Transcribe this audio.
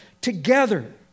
together